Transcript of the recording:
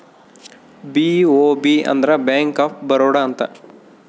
BOB ಅಂದ್ರ bank of Baroda ಅಂತ